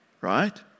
Right